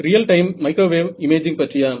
real time microwave imaging பற்றியா